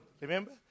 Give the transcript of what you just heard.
remember